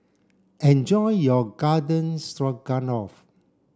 enjoy your Garden Stroganoff